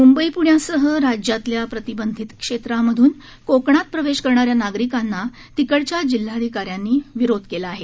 मुंबई पुण्यासह राज्यातल्या प्रतिबंधित क्षेत्रांमधून कोकणात प्रवेश करणाऱ्या नागरिकांना तिकडच्या जिल्हाधिकाऱ्यांनी विरोध केला आहे